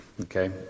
Okay